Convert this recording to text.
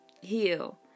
heal